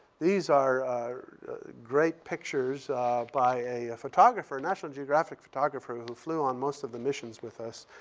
these are great pictures by a photographer, national geographic photographer who flew on most of the missions with us.